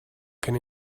can